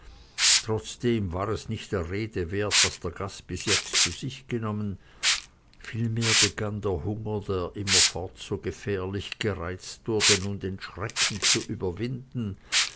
trotzdem war es nicht der rede wert was der gast bis jetzt zu sich genommen vielmehr begann der hunger der immerfort so gefährlich gereizt wurde nun den schrecken zu überwinden